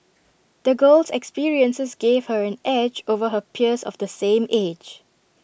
the girl's experiences gave her an edge over her peers of the same age